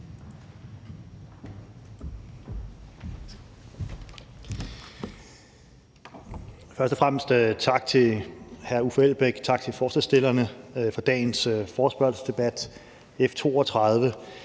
Først og fremmest tak til hr. Uffe Elbæk og de øvrige forespørgere for dagens forespørgselsdebat, F 32.